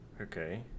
Okay